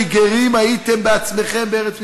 כי גרים הייתם'" בעצמכם "'בארץ מצרים,